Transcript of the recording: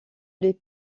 les